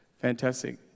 fantastic